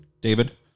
David